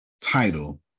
title